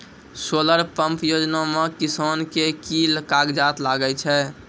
Solar pump योजना म किसान के की कागजात लागै छै?